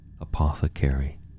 apothecary